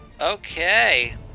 Okay